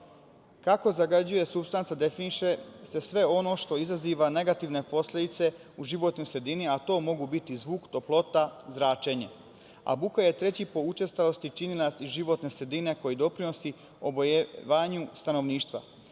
Kako zagađuje supstanca, definiše se sve ono što izaziva negativne posledice u životnoj sredini, a to mogu biti zvuk, toplota, zračenje. Buka je treći po učestalosti činilac i životne sredine koji doprinosi oboljevanju stanovništva.